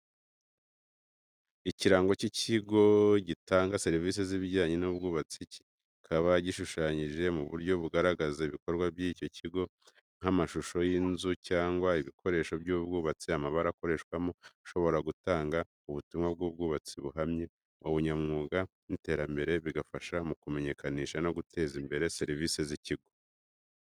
Ikirango cy'ikigo gitanga serivise z'ibijyanye n'ubwubatsi, kiba gishushanyije mu buryo bugaragaza ibikorwa by'icyo kigo, nk'amashusho y'inzu cyangwa ibikoresho by'ubwubatsi. Amabara akoreshwamo ashobora gutanga ubutumwa bw'ubwubatsi buhamye, ubunyamwuga n'iterambere. Bigafasha mu kumenyekanisha no guteza imbere serivise z'ikigo.